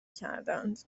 کردند